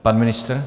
Pan ministr?